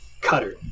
cutter